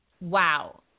wow